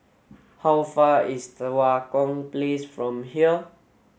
how far away is Tua Kong Place from here